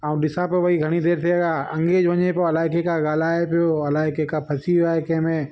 ऐं ॾिसा पोइ भई घणी देरि देरि आहे अंगेज वञे पोइ अलाए कंहिंखां गाल्हाए पियो अलाए कंहिंखां फसीं वियो आहे कंहिंमें